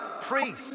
priest